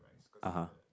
(uh huh)